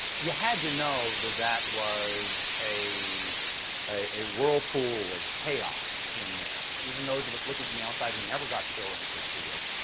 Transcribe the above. you had to know that that was a a whirlpool of chaos in there, even those of us looking from the outside who never got to go in could see it.